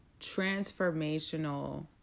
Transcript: transformational